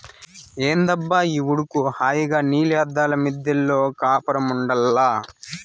ఏందబ్బా ఈ ఉడుకు హాయిగా నీలి అద్దాల మిద్దెలో కాపురముండాల్ల